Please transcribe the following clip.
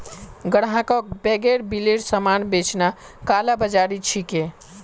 ग्राहकक बेगैर बिलेर सामान बेचना कालाबाज़ारी छिके